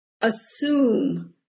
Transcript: assume